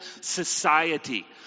society